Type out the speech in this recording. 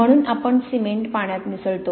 म्हणून आपण सिमेंट पाण्यात मिसळतो